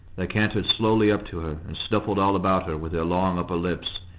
they cantered slowly up to her and snuffled all about her with their long upper lips,